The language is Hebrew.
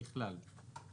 בכלל.